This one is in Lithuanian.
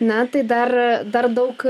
na tai dar dar daug